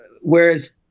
whereas